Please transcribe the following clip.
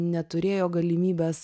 neturėjo galimybės